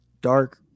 dark